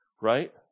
Right